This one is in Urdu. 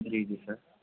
جی جی سر